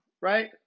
right